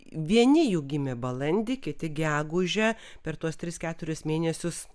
vieni jų gimė balandį kiti gegužę per tuos tris keturis mėnesius